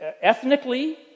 Ethnically